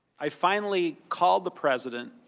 i finally called the president,